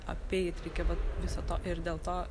apeit reikia vat viso to ir dėl to